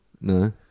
No